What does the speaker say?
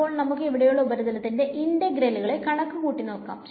അപ്പൊ നമുക്ക് ഇവിടെയുള്ള ഉപരിതല ഇന്റഗ്രലിന്റെ കണക്കുകൂട്ടിനോക്കാം